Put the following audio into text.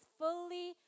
fully